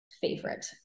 favorite